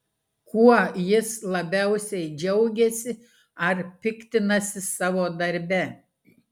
kuo jis labiausiai džiaugiasi ar piktinasi savo darbe